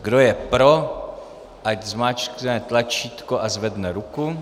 Kdo je pro, ať zmáčkne tlačítko a zvedne ruku.